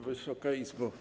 Wysoka Izbo!